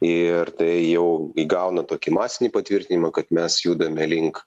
ir tai jau įgauna tokį masinį patvirtinimą kad mes judame link